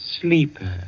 sleeper